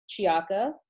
Chiaka